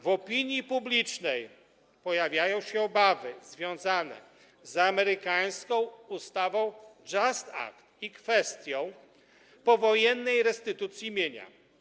W opinii publicznej pojawiają się obawy związane z amerykańską ustawą JUST Act i kwestią powojennej restytucji mienia.